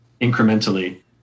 incrementally